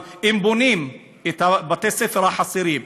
אבל אם בונים את בתי-הספר החסרים,